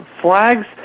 flags